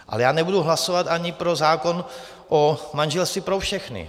Ale já nebudu hlasovat ani pro zákon o manželství pro všechny.